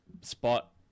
spot